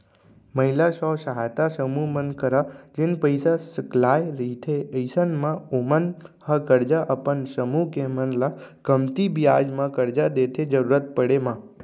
महिला स्व सहायता समूह मन करा जेन पइसा सकलाय रहिथे अइसन म ओमन ह करजा अपन समूह के मन ल कमती बियाज म करजा देथे जरुरत पड़े म